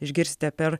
išgirsite per